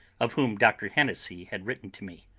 of whom dr. hennessey had written to me.